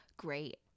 great